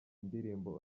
ndirimbo